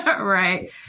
Right